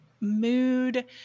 mood